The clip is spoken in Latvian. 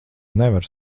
nevar